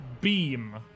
beam